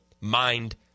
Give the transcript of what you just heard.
mind